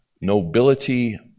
nobility